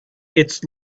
its